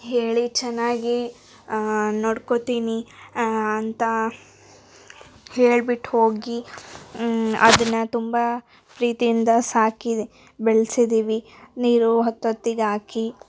ಹೇಳಿ ಚೆನ್ನಾಗಿ ನೋಡ್ಕೊತೀನಿ ಅಂತ ಹೇಳ್ಬಿಟ್ಟು ಹೋಗಿ ಅದನ್ನ ತುಂಬಾ ಪ್ರೀತಿಯಿಂದ ಸಾಕಿ ಬೆಳ್ಸಿದ್ದೀವಿ ನೀರು ಹೊತ್ತೊತ್ತಿಗಾಕಿ